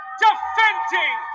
defending